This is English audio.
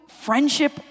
friendship